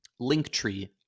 Linktree